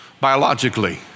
biologically